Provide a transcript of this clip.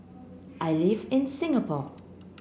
I live in Singapore